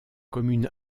commune